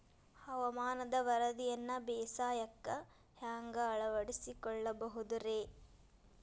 ಹವಾಮಾನದ ವರದಿಯನ್ನ ಬೇಸಾಯಕ್ಕ ಹ್ಯಾಂಗ ಅಳವಡಿಸಿಕೊಳ್ಳಬಹುದು ರೇ?